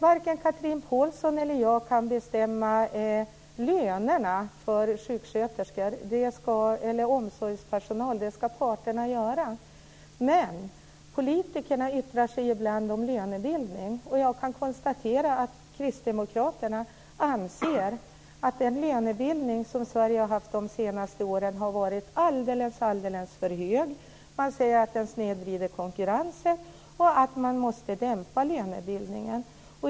Varken Chatrine Pålsson eller jag kan bestämma lönerna för sjuksköterskor eller omsorgspersonal. Det ska parterna göra. Men politikerna yttrar sig ibland om lönebildning. Jag kan konstatera att kristdemokraterna anser att den lönebildning som Sverige har haft de senaste åren har varit på en alldeles för hög nivå. De säger att den snedvrider konkurrensen och att man måste dämpa lönebildningen.